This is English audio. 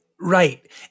Right